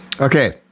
Okay